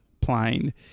plane